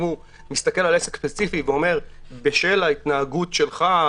אם הוא מסתכל על עסק ספציפי ואומר שבשל ההתנהגות שלך,